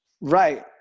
Right